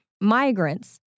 migrants